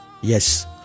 Yes